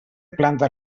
planta